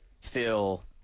feel